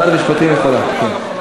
כן,